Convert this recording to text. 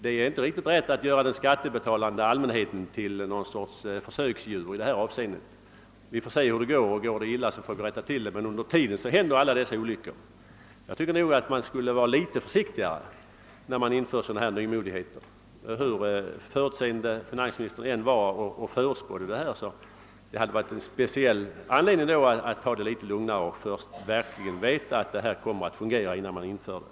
Det är inte riktigt rätt att göra den skattebetalande allmänheten till något slags försöksdjur i detta hänseende. Vi får se hur det går — går det illa måste vi rätta till det. Men under tiden händer alla dessa olyckor. Jag tycker att man skulle vara litet försiktigare när man inför sådana här nymodigheter. Just detta att finansministern var förutseende och förutspådde svårigheterna borde ha varit en speciell anledning att ta det litet lugnare, så att man verkligen innan man införde systemet var säker på att det skulle fungera.